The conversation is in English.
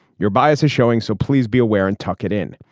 your bias is showing so please be aware and tuck it in.